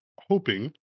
hoping